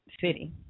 city